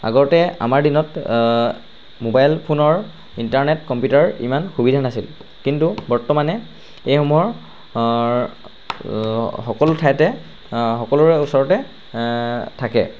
আগতে আমাৰ দিনত মোবাইল ফোনৰ ইণ্টাৰনেট কম্পিটাৰ ইমান সুবিধা নাছিল কিন্তু বৰ্তমানে এইসমূহ সকলো ঠাইতে সকলোৰে ওচৰতে থাকে